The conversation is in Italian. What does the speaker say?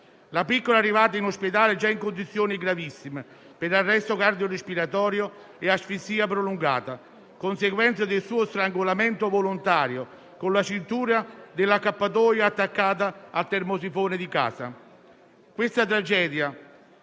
La piccola è arrivata in ospedale già in condizioni gravissime per arresto cardiorespiratorio e asfissia prolungata; conseguenze del suo strangolamento volontario con la cintura dell'accappatoio attaccata al termosifone di casa. Questa tragedia,